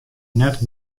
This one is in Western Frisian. net